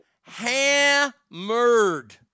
hammered